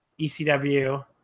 ECW